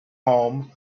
home